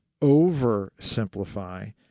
oversimplify